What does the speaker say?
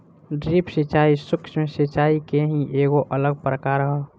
drip सिंचाई, सूक्ष्म सिचाई के ही एगो अलग प्रकार ह